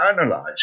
analyze